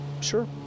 sure